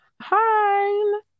Hi